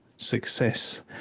success